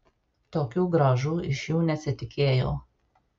tokių grąžų iš jų nesitikėjau